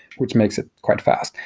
which makes it quite fast.